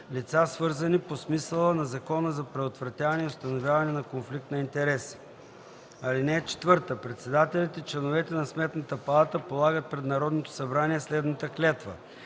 лица, свързани по смисъла на Закона за предотвратяване и установяване на конфликт на интереси. (4) Председателят и членовете на Сметната палата полагат пред Народното събрание следната клетва: